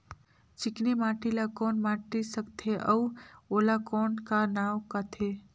चिकनी माटी ला कौन माटी सकथे अउ ओला कौन का नाव काथे?